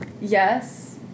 yes